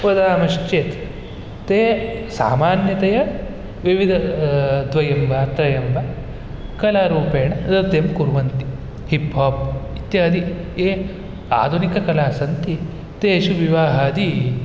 वदामश्चेत् ते सामान्यतया विविध द्वयं वा त्रयं वा कलारूपेण नृत्यं कुर्वन्ति हिप् हाप् इत्यादि ये आधुनिककलास्सन्ति तेषु विवाहादि